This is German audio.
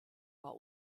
war